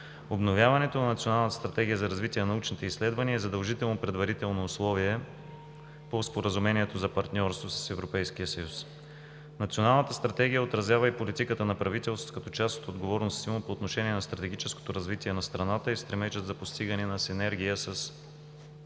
Обновяването на Националната стратегия за развитие на научните изследвания е задължително предварително условие по Споразумението за партньорство с Европейския съюз. Националната стратегия отразява и политиката на правителството като част от отговорностите му по отношение на стратегическото развитие на страната и стремежът за постигане на синергия с